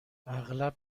اغلب